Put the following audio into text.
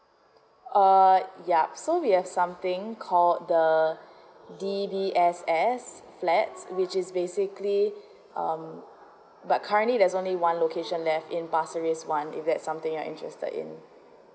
err ya so we have something called the D_B_S_S flats which is basically um like currently there's only one location left in pasir ris one is that something you are interested in